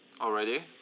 already